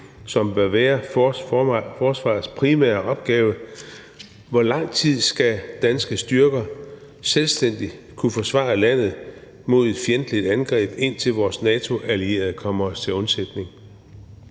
som bør være forsvarets primære opgave: Hvor lang tid skal danske styrker selvstændigt kunne forsvare landet mod et fjendtligt angreb, indtil vores NATO-allierede kommer os til undsætning?